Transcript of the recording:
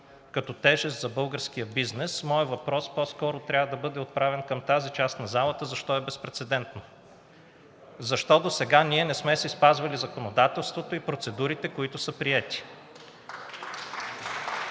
като тежест за българския бизнес, моят въпрос по-скоро трябва да бъде отправен към тази част на залата: защо е безпрецедентно, защо досега ние не сме си спазвали законодателството и процедурите, които са приети?